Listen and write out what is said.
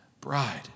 bride